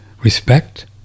respect